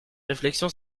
réflexion